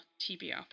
TBR